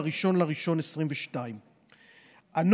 ב-1 בינואר 2022. בתשובה על שאלתך,